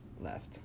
left